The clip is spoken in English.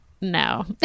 no